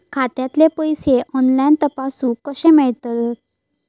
खात्यातले पैसे ऑनलाइन तपासुक कशे मेलतत?